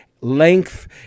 length